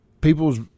people's